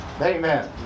Amen